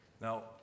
Now